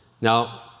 Now